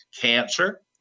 cancer